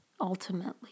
ultimately